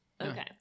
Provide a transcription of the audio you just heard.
Okay